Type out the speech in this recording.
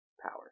power